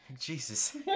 Jesus